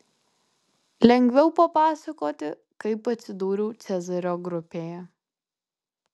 lengviau papasakoti kaip atsidūriau cezario grupėje